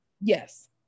Yes